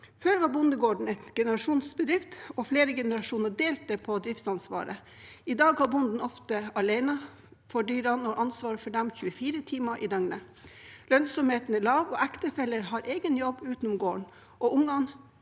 Før var bondegården en generasjonsbedrift, og flere generasjoner delte på driftsansvaret. I dag er bonden ofte alene om ansvaret for dyrene 24 timer i døgnet. Lønnsomheten er lav, ektefeller har egen jobb utenom gården, ungene